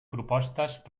propostes